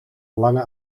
lange